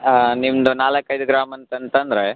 ಹಾಂ ನಿಮ್ಮದು ನಾಲ್ಕೈದು ಗ್ರಾಮ್ ಅಂತಂತಂದರೆ